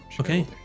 Okay